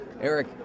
eric